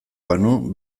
banu